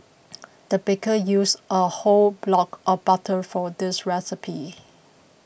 the baker used a whole block of butter for this recipe